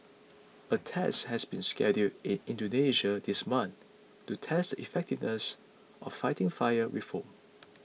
a test has been scheduled in Indonesia this month to test the effectiveness of fighting fire with foam